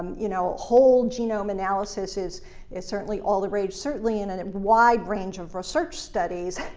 you know, whole genome analysis is is certainly all the rage, certainly in and a wide range of research studies,